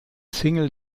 single